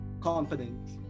confidence